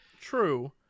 true